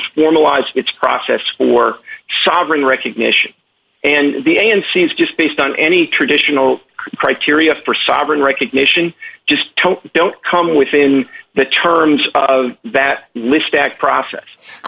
formalize its process for sovereign recognition and the a n c is just based on any traditional criteria for sovereign recognition just don't come within the terms of that list act process i